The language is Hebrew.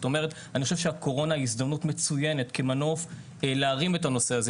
אני חושב שהקורונה היא הזדמנות מצוינת כמנוף להרים את הנושא הזה.